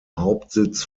hauptsitz